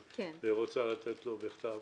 תמיד כשאני מתלבט בין אזרח לבין מערכת,